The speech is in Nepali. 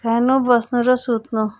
खानु बस्नु र सुत्नु